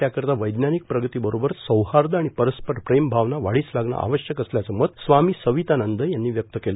त्याकरिता वैज्ञानिक प्रगतीबरोबरच सौहार्द आणि परस्पर प्रेम भावना वाढीस लागणं आवश्यक असल्याचं मत स्वामी सवितानंद यांनी व्यक्त केलं